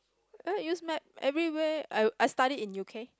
I use map everywhere I I studied in U_K